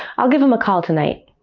i'll give him a call tonight.